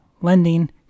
lending